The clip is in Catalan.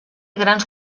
grans